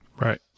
Right